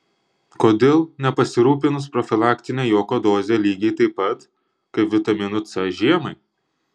kodėl nepasirūpinus profilaktine juoko doze lygiai taip pat kaip vitaminu c žiemai